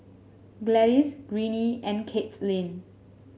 Gladis Greene and Caitlynn